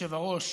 אדוני היושב-ראש,